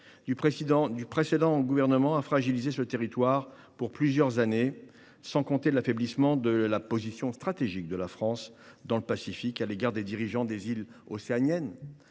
du précédent gouvernement a fragilisé ce territoire pour plusieurs années et a affaibli la position stratégique de la France dans le Pacifique à l’égard des dirigeants des îles océaniennes,